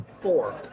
four